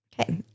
Okay